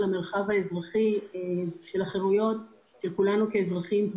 המרחב האזרחי של החירויות של כולנו כאזרחים.